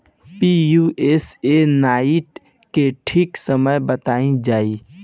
Pusa nine के ठीक समय बताई जाई?